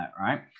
right